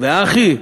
ו"א-חי"